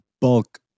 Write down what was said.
bulk